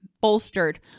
bolstered